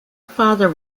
father